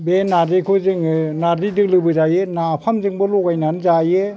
बे नार्जिखौ जोङो नार्जि दोलोबो जायो नाफाम जोंबो लगायनानै जायो